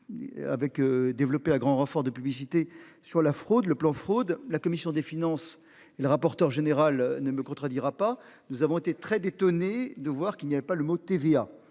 Avec développée à grand renfort de publicité sur la fraude le plan fraude. La commission des finances et le rapporteur général ne me contredira pas, nous avons été très d'étonné de voir qu'il n'y avait pas le moteur